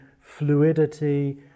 fluidity